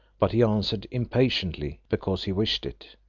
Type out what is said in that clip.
but he answered impatiently, because he wished it,